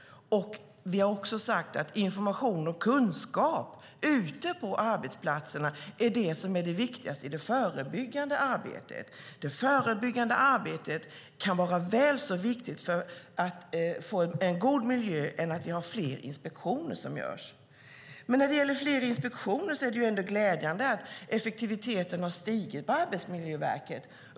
Vi har också sagt att information och kunskap ute på arbetsplatserna är det som är det viktigaste i det förebyggande arbetet. Det kan vara väl så viktigt för att få en god miljö som att det görs fler inspektioner. Men när det gäller fler inspektioner är det ändå glädjande att effektiviteten har ökat på Arbetsmiljöverket.